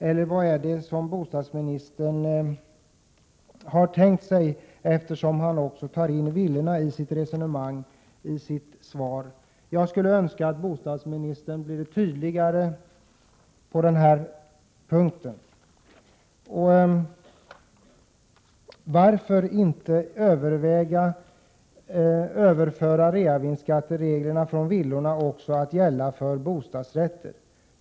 Eller vad har bostadsministern tänkt sig, eftersom han också inbegriper villaägarna i resonemanget i sitt svar? Jag önskar att bostadsministern hade uttryckt sig tydligare på dessa punkter. Varför överväger man inte att överföra reavinstsskattereglerna för villor till att gälla också för bostadsrätter?